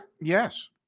Yes